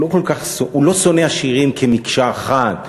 הוא לא שונא עשירים כמקשה אחת,